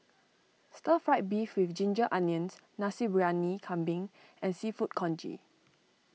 Stir Fried Beef with Ginger Onions Nasi Briyani Kambing and Seafood Congee